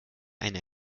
eine